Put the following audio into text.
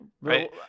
right